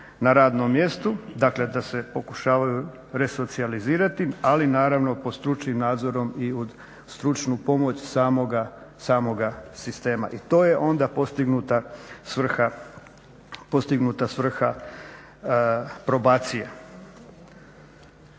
na radnom mjestu. Dakle da se pokušavaju resocijalizirati, ali naravno pod stručnim nadzorom i uz stručnu pomoć samoga sistema. I to je onda postignuta svrha probacije.